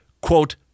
quote